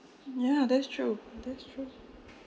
ya that's true that's true